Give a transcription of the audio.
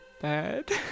Bad